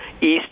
East